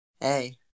Hey